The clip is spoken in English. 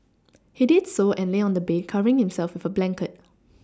he did so and lay on the bed covering himself with a blanket